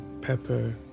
pepper